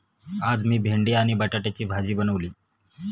आज मी भेंडी आणि बटाट्याची भाजी बनवली